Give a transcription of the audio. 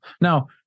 Now